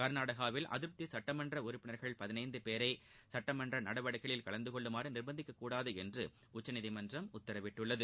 கா்நாடகாவில் அதிருப்தி சட்டமன்ற உறுப்பினா்கள் பதினைந்து பேரை சட்டமன்ற நடவடிக்கைகளில் கலந்துகொள்ளுமாறு நிர்பந்திக்கக்கூடாது என்று உச்சநீதிமன்றம் உத்தரவிட்டுள்ளது